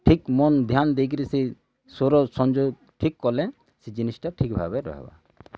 ଠିକ୍ ମନ୍ ଧ୍ୟାନ୍ ଦେଇକରି ସେ ସ୍ୱର ସଂଯୋଗ୍ ଠିକ୍ କଲେ ସେ ଜିନିଷ୍ଟା ଠିକ୍ ଭାବେରେ ରହିବା